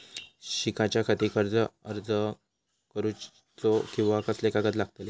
शिकाच्याखाती कर्ज अर्ज कसो करुचो कीवा कसले कागद लागतले?